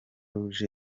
rouge